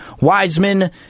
Wiseman